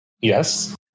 Yes